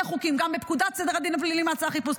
חוקים: גם בפקודת סדר הדין הפלילי (מעצר וחיפוש),